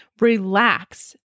relax